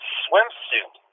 swimsuit